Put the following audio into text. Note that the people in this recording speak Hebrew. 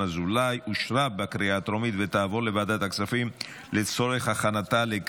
לוועדת הכספים נתקבלה.